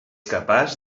capaç